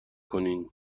کنین